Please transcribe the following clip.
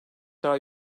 daha